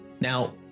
Now